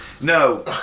no